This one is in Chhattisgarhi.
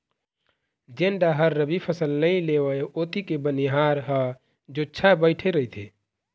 जेन डाहर रबी फसल नइ लेवय ओती के बनिहार ह जुच्छा बइठे रहिथे